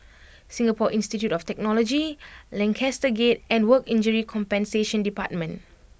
Singapore Institute of Technology Lancaster Gate and Work Injury Compensation Department